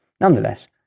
Nonetheless